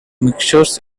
mixtures